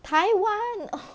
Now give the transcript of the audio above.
台湾